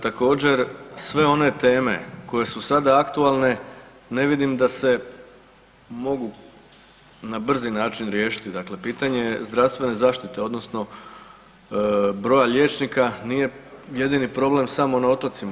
Također sve one teme koje su sada aktualne ne vidim da se mogu na brzi način riješiti, dakle pitanje zdravstvene zaštite odnosno broja liječnika nije jedini problem samo na otocima.